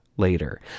later